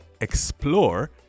explore